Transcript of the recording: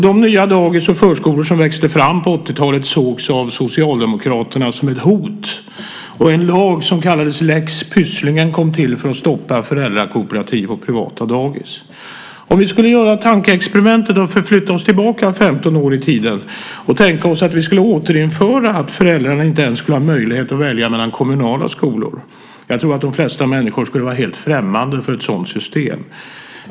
De nya dagis och förskolor som växte fram på 80-talet sågs av Socialdemokraterna som ett hot. En lag som kallades lex Pysslingen kom till för att stoppa föräldrakooperativ och privata dagis. Om vi skulle göra tankeexperimentet, förflytta oss tillbaka 15 år i tiden och tänka oss att vi skulle återinföra att föräldrarna inte ens skulle ha möjlighet att välja mellan kommunala skolor, tror jag att de flesta människor skulle vara helt främmande för ett sådant system.